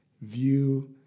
view